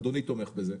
אדוני תומך בזה,